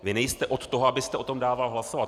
Vy nejste od toho, abyste o tom dával hlasovat.